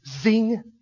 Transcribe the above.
Zing